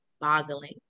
boggling